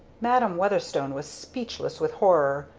madam weatherstone was speechless with horror,